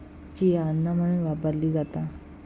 chia अन्न म्हणून वापरली जाता